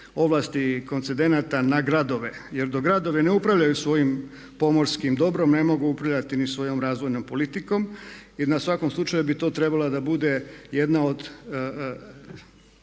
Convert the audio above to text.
ovlasti koncidenata na gradove jer dok gradovi ne upravljaju svojim pomorskim dobrom, ne mogu upravljati ni svojom razvojnom politikom jer na svakom slučaju bi to trebala da bude jedna od